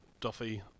Duffy